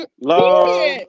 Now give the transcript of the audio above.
Love